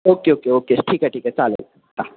okay okay okay okay ठीक आहे ठीक आहे चालेल हा